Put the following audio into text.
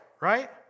right